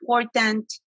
important